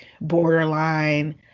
borderline